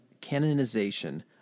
canonization